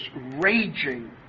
raging